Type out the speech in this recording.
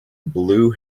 blue